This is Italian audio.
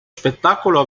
spettacolo